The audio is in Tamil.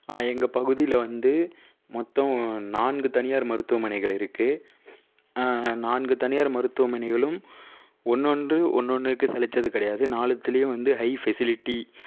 ஆ எங்கள் பகுதியில வந்து மொத்தம் நான்கு தனியார் மருத்துவமனைகள் இருக்கு நான்கு தனியார் மருத்துவமனைகளும் ஒன்னொன்று ஒன்னொன்றுக்கு சளைச்சது கிடையாது நாலுத்துலையும் வந்து ஹைஃ பெசிலிட்டி